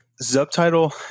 Subtitle